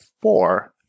four